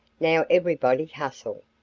now everybody hustle.